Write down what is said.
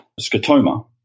scotoma